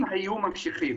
אם היו ממשיכים